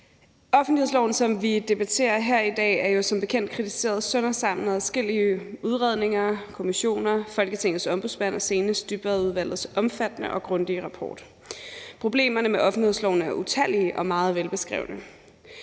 Offentlighedsloven, som vi debatterer her i dag, er jo som bekendt blevet kritiseret sønder og sammen i adskillige udredninger og af kommissioner, Folketingets Ombudsmand og senest Dybvadudvalgets omfattende og grundige rapport. Problemerne med offentlighedsloven er utallige og meget velbeskrevne.